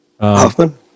Hoffman